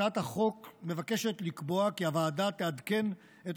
הצעת החוק מבקשת לקבוע כי הוועדה תעדכן את